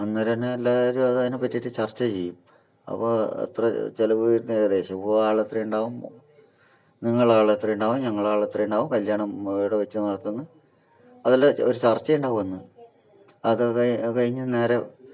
അന്നേരം തന്നെ എല്ലാവരും അതിനേ പറ്റിയിട്ട് ചർച്ച ചെയ്യും അപ്പം എത്ര ചിലവ് വരുന്ന് ഏകദേശം വോ ആൾ എത്രയുണ്ടാകും നിങ്ങളാളെത്ര ഉണ്ടാകും ഞങ്ങളുടെ ആളെത്ര ഉണ്ടാകും കല്ല്യാണം എവിടെ വെച്ചു നടത്തുന്നു അതെല്ലാം ഒരു ചർച്ച ഉണ്ടാകും അന്ന് അതൊക്കെ കഴി കഴിഞ്ഞ് നേരെ